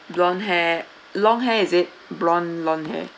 blonde hair long hair is it blonde long hair